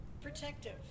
protective